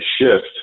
shift